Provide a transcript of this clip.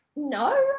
No